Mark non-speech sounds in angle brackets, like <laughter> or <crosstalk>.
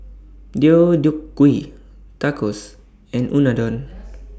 Deodeok Gui Tacos and Unadon <noise>